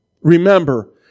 remember